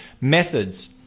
methods